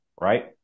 right